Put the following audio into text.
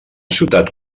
ciutat